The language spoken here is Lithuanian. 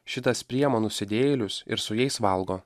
šitas priima nusidėjėlius ir su jais valgo